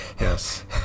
yes